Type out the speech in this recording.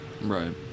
Right